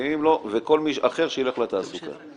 וכל אחר שיילך לתעסוקה.